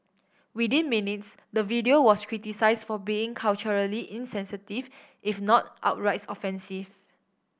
within minutes the video was criticised for being culturally insensitive if not outright offensive